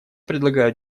предлагаю